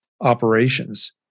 operations